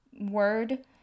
word